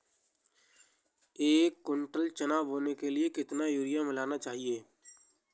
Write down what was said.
एक कुंटल चना बोने के लिए कितना यूरिया मिलाना चाहिये?